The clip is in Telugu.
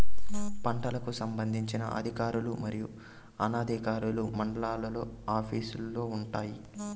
పంటలకు సంబంధించిన అధికారులు మరియు అనధికారులు మండలాల్లో ఆఫీస్ లు వుంటాయి?